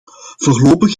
voorlopig